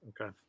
Okay